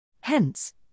Hence